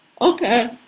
Okay